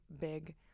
big